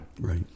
Right